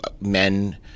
men